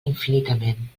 infinitament